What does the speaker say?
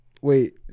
Wait